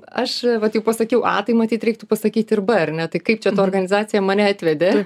aš vat jau pasakiau a tai matyt reiktų pasakyti ir b na tai kaip čia ta organizacija mane atvedė